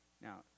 Now